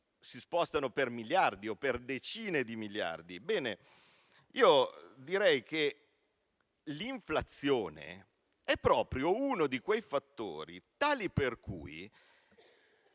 si spostano per miliardi o per decine di miliardi di euro. Ebbene, direi che l'inflazione è proprio uno di quei fattori. Vediamo un